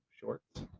shorts